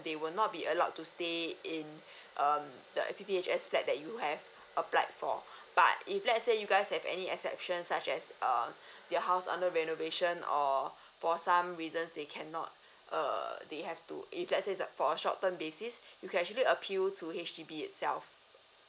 they will not be allowed to stay in um the P_P_H_S flat that you have applied for but if let's say you guys have any exception such as err their house under renovation or for some reasons they cannot err they have to if let's say like for a short term basis you can actually appeal to H_D_B itself